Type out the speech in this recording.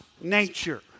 nature